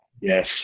yes